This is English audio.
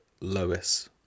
Lois